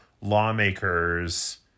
lawmakers